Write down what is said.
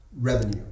revenue